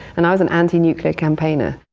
and i was an anti-nuclear campaigner.